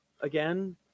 again